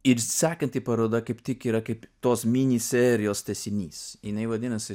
ir sekanti paroda kaip tik yra kaip tos mini serijos tęsinys jinai vadinasi